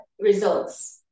results